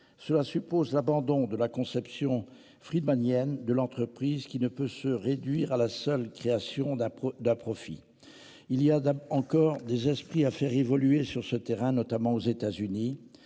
cela suppose l'abandon de la conception Friedman viennent de l'entreprise qui ne peut se réduire à la seule création d'un d'un profit. Il y a encore des esprits à faire évoluer sur ce terrain, notamment aux États-Unis.